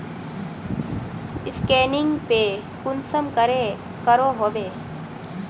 Scanning पे कुंसम करे करो होबे?